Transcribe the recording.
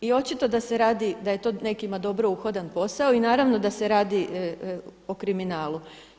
I očito da se radi, da je to nekima dobro uhodan posao i naravno da se radi o kriminalu.